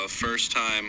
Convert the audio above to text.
First-time